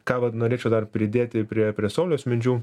ką vat norėčiau dar pridėti prie prie sauliaus minčių